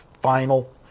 final